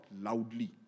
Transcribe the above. loudly